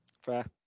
Fair